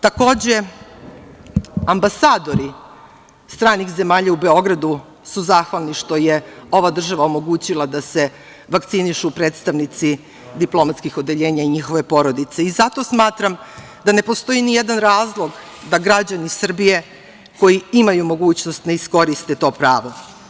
Takođe, ambasadori stranih zemalja u Beogradu su zahvalni što je ova država omogućila da se vakcinišu predstavnici diplomatskih odeljenja i njihove porodice i zato smatram da ne postoji nijedan razlog da građani Srbije koji imaju mogućnost ne iskoriste to pravo.